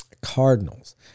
Cardinals